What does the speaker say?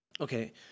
Okay